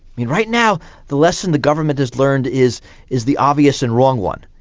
right now the lesson the government has learned is is the obvious and wrong one,